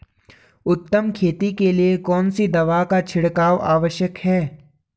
उत्तम खेती के लिए कौन सी दवा का छिड़काव आवश्यक है?